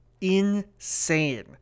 insane